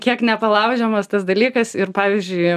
kiek nepalaužiamas tas dalykas ir pavyzdžiui